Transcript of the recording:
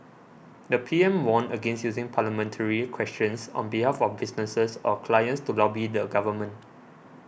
the P M warned against using parliamentary questions on behalf of businesses or clients to lobby the government